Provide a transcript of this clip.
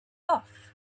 off